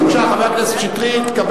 בבקשה, חבר הכנסת שטרית.